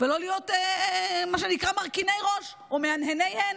ולא להיות מה שנקרא מרכיני ראש או מהנהני הן.